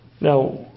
Now